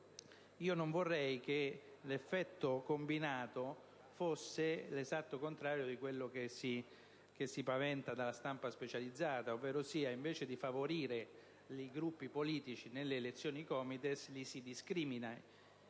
non vorrei che l'effetto combinato fosse l'esatto contrario di quanto si paventa dalla stampa specializzata: invece di favorire i gruppi politici nelle elezioni COMITES li si discrimina,